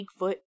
Bigfoot